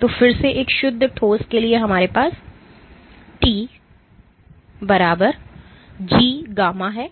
तो फिर से एक शुद्ध ठोस के लिए हमारे पास T G γ है